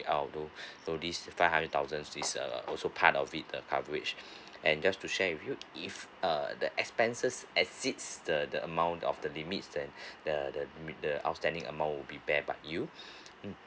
out of th~ know this five hundred thousand is err also part of it the coverage and just to share with you if uh the expenses exceeds the the amount of the limit then the the the outstanding amount would be bear by you mm